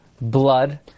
blood